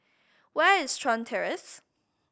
where is Chuan Terrace